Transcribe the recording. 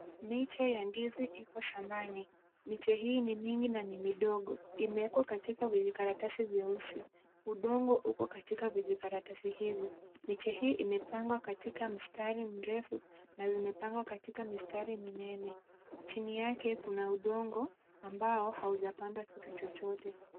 Miche ya ndizi ipo shambani. Miche hii ni mingi na ni midogo. Imewekwa katika vijikaratasi vyeusi. Udongo uko katika vijikaratasi hivyo. Miche hii imepangwa katika mstari mrefu na zimepangwa katika mistari minene. Chini yake kuna udongo ambao haujapandwa kitu chochote.